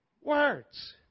words